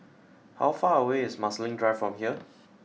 how far away is Marsiling Drive from here